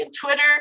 Twitter